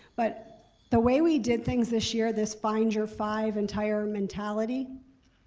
but the way we did things this year, this find your five entire mentality?